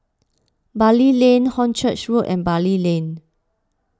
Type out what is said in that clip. Bali Lane Hornchurch Road and Bali Lane